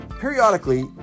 periodically